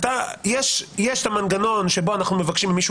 יש את המנגנון שבו אנחנו מבקשים ממישהו